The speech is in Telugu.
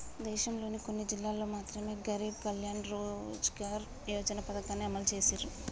దేశంలోని కొన్ని జిల్లాల్లో మాత్రమె గరీబ్ కళ్యాణ్ రోజ్గార్ యోజన పథకాన్ని అమలు చేసిర్రు